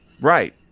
right